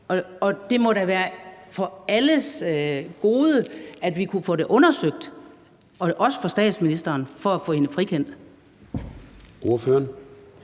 Og det må da være til alles bedste, at vi kunne få det undersøgt – også for statsministeren i forhold til at få hende frikendt.